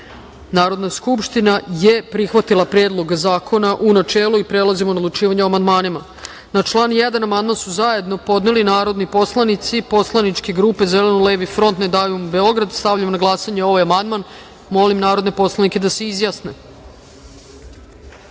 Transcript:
Narodna skupština prihvatila Predlog zakona, u načelu. Prelazimo na odlučivanje o amandmanima. Na član 1. amandman su zajedno podneli narodni poslanici Poslaničke grupe Zeleno-levi front, Ne davimo Beograd. Stavljam na glasanje ovaj amandman i molim narodne poslanike da pritisnu